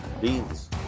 Beans